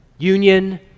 union